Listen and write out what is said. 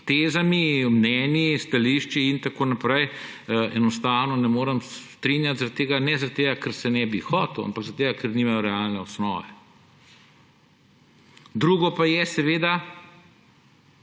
tezami, mnenji, stališči in tako naprej enostavno ne morem strinjati, ne zaradi tega, ker se ne bi hotel, ampak zaradi tega, ker nimajo realne osnove. Drugo pa je seveda,